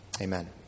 amen